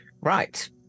right